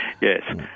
Yes